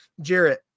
Jarrett